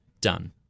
done